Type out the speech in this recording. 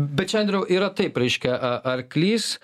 bet čia andriau yra taip reiškia a arklys